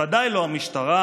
ודאי לא המשטרה,